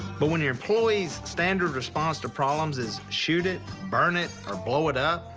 but when your employees' standard response to problems is shoot it, burn it, or blow it up.